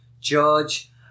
George